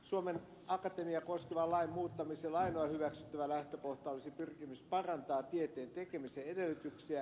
suomen akatemiaa koskevan lain muuttamiselle ainoa hyväksyttävä lähtökohta olisi pyrkimys parantaa tieteen tekemisen edellytyksiä